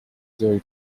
due